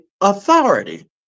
authority